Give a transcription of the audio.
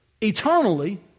eternally